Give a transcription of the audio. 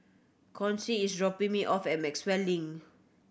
Chauncy is dropping me off at Maxwell Link